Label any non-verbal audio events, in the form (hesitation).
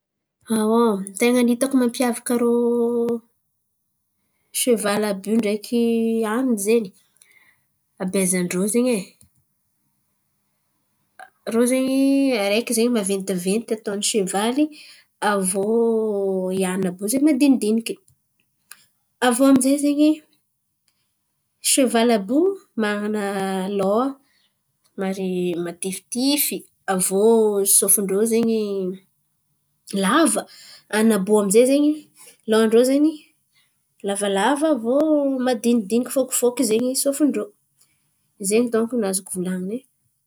(hesitation) ten̈a ny hitako mampiavaka rô sevaly àby io ndreky àny zen̈y habezan-drô zen̈y e. (hesitation) Irô zen̈y araiky zen̈y maventiventy ataony sevaly aviô àny àby zen̈y madinidiniky. Aviô aminjay zen̈y, sevaly àby io man̈ana lôha somary matifitify aviô sofin-drô zen̈y lava. Àny àby io aminjay zen̈y, lôhan-drô zen̈y lavalava aviô madinidiniky fôkifôky zen̈y sofin-drô. Zen̈y donko ny azoko volan̈iny e.